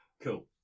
Cool